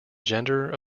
gender